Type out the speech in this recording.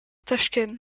tachkent